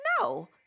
No